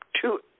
two